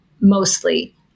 mostly